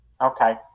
Okay